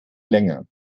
länger